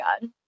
god